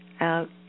Out